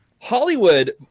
Hollywood